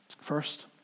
first